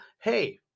Hey